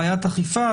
בעיית אכיפה,